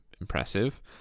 impressive